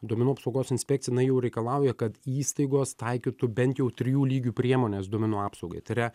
duomenų apsaugos inspekcija na jau reikalauja kad įstaigos taikytų bent jau trijų lygių priemones duomenų apsaugai tai yra